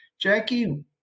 Jackie